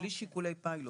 בלי שיקולי פיילוט.